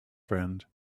friend